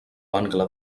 bangla